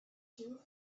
two